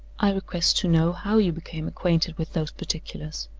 i request to know how you became acquainted with those particulars?